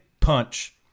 punch